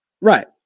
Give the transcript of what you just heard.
Right